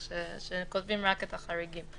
שכותבים רק את החריגים,